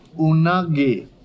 Unagi